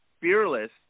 Fearless